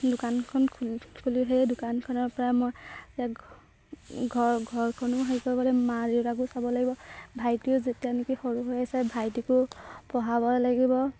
দোকানখন খুলি সেই দোকানখনৰপৰা মই ঘৰখনো হেৰি কৰিবলৈ মা দেউতাকো চাব লাগিব ভাইটিও যেতিয়া নেকি সৰু হৈ আছে ভাইটিকো পঢ়াব লাগিব